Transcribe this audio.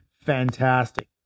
fantastic